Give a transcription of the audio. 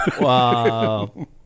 Wow